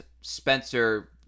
Spencer